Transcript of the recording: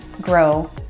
grow